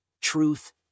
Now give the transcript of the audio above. truth